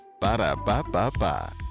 Ba-da-ba-ba-ba